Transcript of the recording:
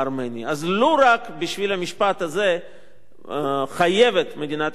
אז לו רק בשביל המשפט הזה חייבת מדינת ישראל להיות